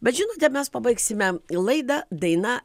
bet žinote mes pabaigsime laidą daina